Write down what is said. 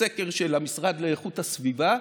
הסקר של המשרד לאיכות הסביבה,